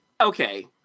Okay